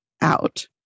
out